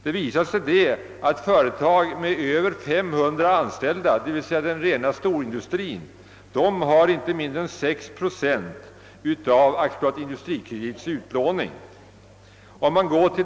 Siffrorna visar att företag med över 500 anställda, alltså rena storindustrier, har kommit i åtnjutande av inte mindre än 6 procent av lånen i AB Industrikredit.